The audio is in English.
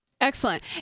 Excellent